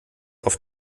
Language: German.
auf